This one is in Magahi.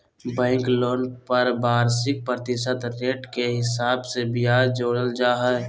बैंक लोन पर वार्षिक प्रतिशत रेट के हिसाब से ब्याज जोड़ल जा हय